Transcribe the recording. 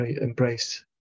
embrace